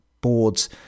boards